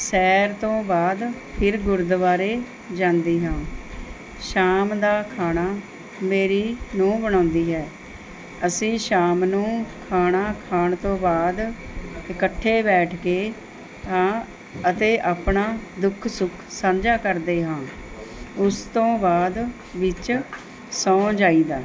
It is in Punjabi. ਸੈਰ ਤੋਂ ਬਾਅਦ ਫਿਰ ਗੁਰਦੁਆਰੇ ਜਾਂਦੀ ਹਾਂ ਸ਼ਾਮ ਦਾ ਖਾਣਾ ਮੇਰੀ ਨੂੰਹ ਬਣਾਉਂਦੀ ਹੈ ਅਸੀਂ ਸ਼ਾਮ ਨੂੰ ਖਾਣਾ ਖਾਣ ਤੋਂ ਬਾਅਦ ਇਕੱਠੇ ਬੈਠ ਕੇ ਤਾਂ ਅਤੇ ਆਪਣਾ ਦੁੱਖ ਸੁੱਖ ਸਾਂਝਾ ਕਰਦੇ ਹਾਂ ਉਸ ਤੋਂ ਬਾਅਦ ਵਿੱਚ ਸੌਂ ਜਾਈ ਦਾ